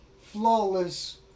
flawless